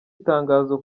itangazo